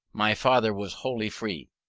my father was wholly free.